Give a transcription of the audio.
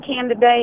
candidate